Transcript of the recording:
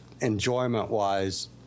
enjoyment-wise